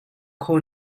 kho